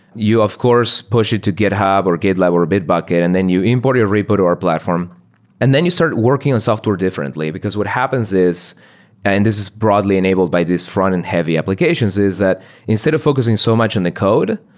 you of course push it to github, or gitlab or bitbucket and then you import your repo to our platform and then you start working on software differently, because what happens is and this is broadly enabled by this frontend heavy applications is that instead of focusing so much in the code,